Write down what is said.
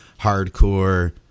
hardcore